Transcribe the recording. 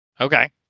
Okay